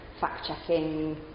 fact-checking